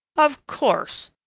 of course,